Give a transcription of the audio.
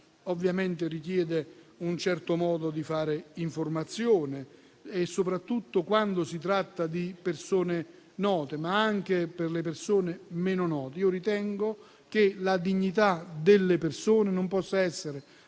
ovviamente richiede un certo modo di fare informazione. Ciò vale quando si tratta di persone note, ma anche per le persone meno note. Io ritengo che la dignità delle persone non possa essere